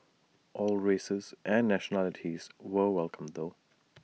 all races and nationalities were welcome though